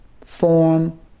form